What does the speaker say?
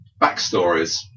backstories